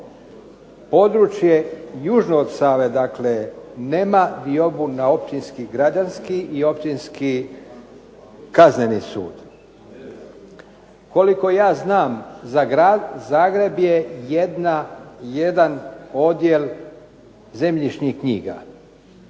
područje južno od Save dakle nema diobu na općinski građanski i općinski kazneni sud. Koliko ja znam, za Grad Zagreb je jedan odjel zemljišnih knjiga,